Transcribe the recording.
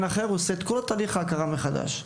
אחר הוא עושה את כל תהליך ההכרה מחדש.